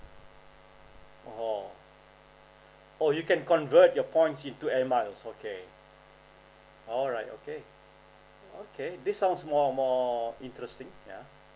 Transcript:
orh oh you can convert your points into air miles okay alright okay okay this sounds more more interesting yeah